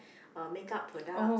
make up products